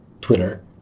Twitter